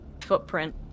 footprint